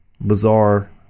bizarre